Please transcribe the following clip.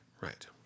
Right